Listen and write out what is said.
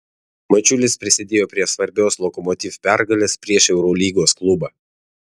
mačiulis prisidėjo prie svarbios lokomotiv pergalės prieš eurolygos klubą